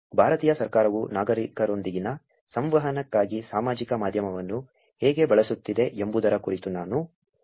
ಭಾರತೀಯ ಸರ್ಕಾರವು ನಾಗರಿಕರೊಂದಿಗಿನ ಸಂವಹನಕ್ಕಾಗಿ ಸಾಮಾಜಿಕ ಮಾಧ್ಯಮವನ್ನು ಹೇಗೆ ಬಳಸುತ್ತಿದೆ ಎಂಬುದರ ಕುರಿತು ನಾನು ಪ್ರಸ್ತಾಪಿಸಿದ್ದೇನೆ